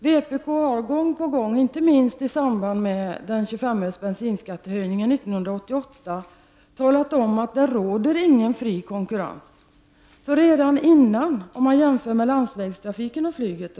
Vpk har gång på gång, inte minst i samband med bensinskattehöjningen med 25 öre 1988, talat om att det inte råder någon fri konkurrens. Låt oss jämföra landsvägsrafiken och flyget.